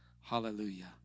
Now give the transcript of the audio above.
Hallelujah